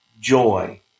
joy